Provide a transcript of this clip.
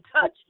touch